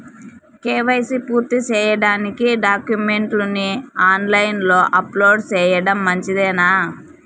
KYC పూర్తి సేయడానికి డాక్యుమెంట్లు ని ఆన్ లైను లో అప్లోడ్ సేయడం మంచిదేనా?